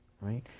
right